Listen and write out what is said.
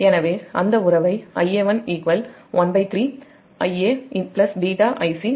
எனவேஅந்த உறவை Ia11 13Iaβ Icβ2Ib